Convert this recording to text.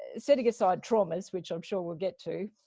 ah setting aside traumas, which i'm sure we'll get to,